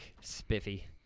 spiffy